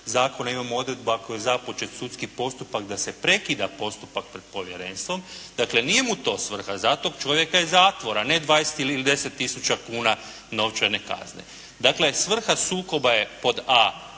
zakona imamo odredbu ako je započet sudski postupak da se prekida postupak pred povjerenstvom. Dakle, nije mu to svrha, za tog čovjek je zatvor a ne 20 ili 10 tisuća kuna novčane kazne. Dakle, svrha sukoba je pod a,